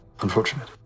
unfortunate